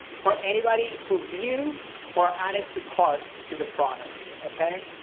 for anybody who viewed or added to cart to the product okay?